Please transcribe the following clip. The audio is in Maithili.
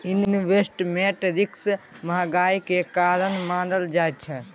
इंवेस्टमेंट रिस्क महंगाई केर कारण मानल जाइ छै